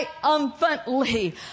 triumphantly